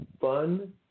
fun